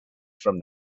from